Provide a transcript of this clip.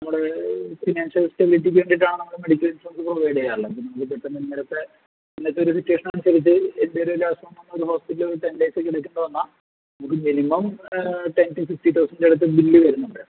നമ്മള് ഫിനാൻഷ്യൽ സ്റ്റബിലിറ്റിക്ക് വേണ്ടിയിട്ടാണ് നമ്മള് മെഡിക്കൽ ഇൻഷുറൻസ് പ്രൊവൈഡ് ചെയ്യാറുള്ളത് എന്തെങ്കിലും പെട്ടെന്ന് ഇങ്ങനത്തെ ഇങ്ങനത്തെ ഒരു സിറ്റുവേഷൻ നമുക്ക് എന്തെങ്കിലും എന്തെങ്കിലും വലിയ അസുഖം വന്ന് ഹോസ്പിറ്റലിൽ ഒരു ടെൻ ഡേയ്സ് കിടക്കേണ്ടി വന്നാൽ മിനിമം ടെൻ ടു ഫിഫ്റ്റീൻ തൗസന്റിൻ്റെ അടുത്ത് ബില്ല് വരുന്നുണ്ട്